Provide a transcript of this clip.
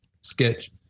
sketch